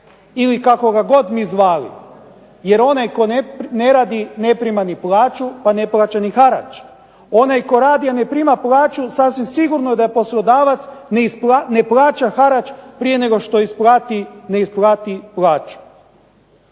ili kako god ga mi zvali. Jer onaj tko ne radi ne prima ni plaću pa ne plaća ni harač. Onaj tko radi a ne prima plaću sasvim sigurno da poslodavac ne plaća harač prije nego što ne isplati plaću.